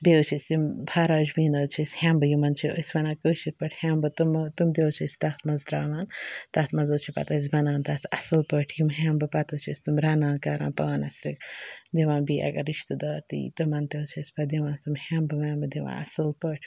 بیٚیہِ حٕظ چھِ اسہِ یِم فَراش بیٖن حٕظ چھِ ہٮ۪مبہٕ یِمن چھِ أسۍ کٲشِر پٲٹھۍ ہٮ۪مبہٕ تم تہِ حٕظ چھِ أسۍ تَتھ منٛز ترٛاوان تَتھ منٛز حِظ چھِ بَنان تَتھ اَصٕل پٲٹھۍ یِم ہٮ۪مبہٕ پتہٕ حٕظ چھِ أسۍ تِم پانَس رَنان کَران پانَس تہٕ دِوان بییہِ اگر رِشتہٕ دار تہِ ییہِ تِمن تہِ حٕظ چھِ أسۍ پتہٕ دِوان تِم ہٮ۪مبہٕ وٮ۪مبہٕ تمَن تہِ اَصٕل پٲٹھۍ